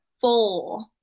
four